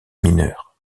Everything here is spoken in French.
mineures